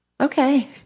Okay